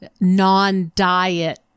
non-diet